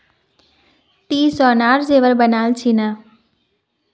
ती सोनार जेवर बनइल छि न